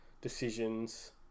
decisions